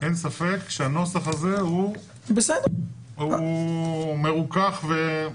אין ספק שהנוסח הזה הוא מרוכך והגון.